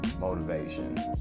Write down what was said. motivation